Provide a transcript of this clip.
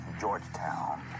Georgetown